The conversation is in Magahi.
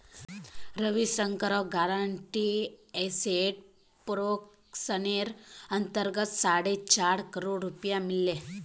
रविशंकरक गारंटीड एसेट प्रोटेक्शनेर अंतर्गत साढ़े चार करोड़ रुपया मिल ले